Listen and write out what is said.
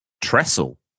Trestle